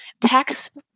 Tax